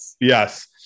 Yes